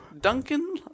Duncan